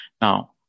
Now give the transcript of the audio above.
Now